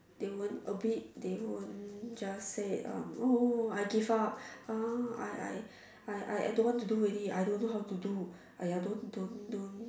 they won't a bit they won't just say um oh oh I give up ah I I I I don't want to do already I don't know how to do !aiya! don't don't don't